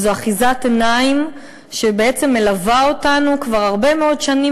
וזו אחיזת עיניים שבעצם מלווה אותנו כבר הרבה מאוד שנים,